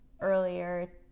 earlier